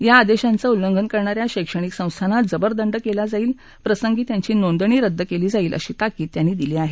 या आदेशांचं उल्लंघन करणा या शैक्षणिक संस्थांना जबर दंड केला जाईल प्रसंगी त्यांची नोंदणीही रद्द केली जाईल अशी ताकीद त्यांनी दिली आहे